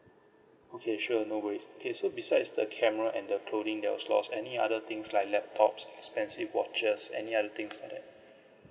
okay sure no worries okay so besides the camera and the clothing that was lost any other things like laptops expensive watches any other things like that